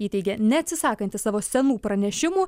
ji teigia neatsisakanti savo senų pranešimų